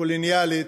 קולוניאלית,